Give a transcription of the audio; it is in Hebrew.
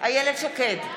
איילת שקד,